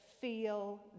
feel